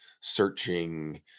searching